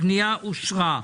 הפנייה אושרה.